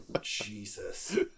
Jesus